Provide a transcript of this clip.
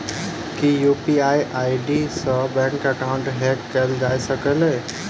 की UPI ID सऽ bank account hack कैल जा सकलिये?